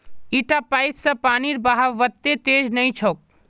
इटा पाइप स पानीर बहाव वत्ते तेज नइ छोक